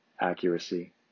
accuracy